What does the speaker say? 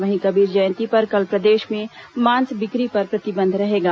वहीं कबीर जयंती पर कल प्रदेश में मांस बिक्री पर प्रतिबंध रहेगा